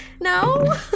No